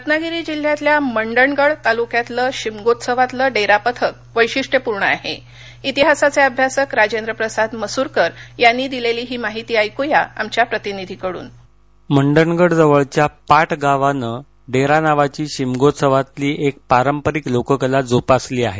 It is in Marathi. रत्नागिरी जिल्ह्यातल्या मंडणगड तालुक्यातलं शिमगोत्सवातलं डूपी पथक वैशिष्यपूर्ण आह राजेंद्रप्रसाद मसूरकर यांनी दिलर्ली ही माहिती ऐक्या आमच्या प्रतिनिधींकडून मंडणगडजवळच्या पाट गावानं डेरा नावाची शिमगोत्सवातली पारंपरिक लोककला जोपासली आहे